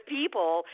people